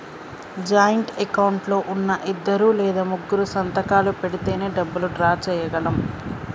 joint account లో ఉన్నా ఇద్దరు లేదా ముగ్గురూ సంతకాలు పెడితేనే డబ్బులు డ్రా చేయగలం